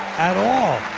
at all.